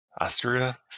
Austria